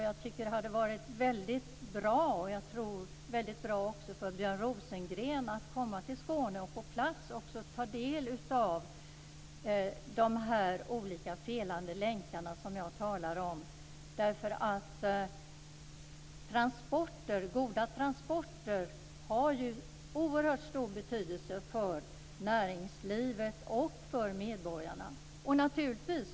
Jag tycker att det hade varit väldigt bra också för Björn Rosengren att komma till Skåne och på plats ta del av de olika felande länkar som jag talar om. Goda transporter har ju oerhört stor betydelse för näringslivet och medborgarna.